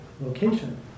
location